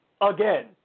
again